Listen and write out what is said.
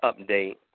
update